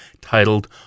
titled